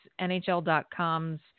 NHL.com's